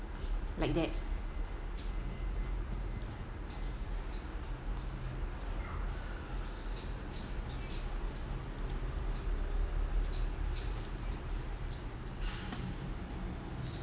like that